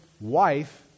wife